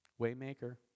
Waymaker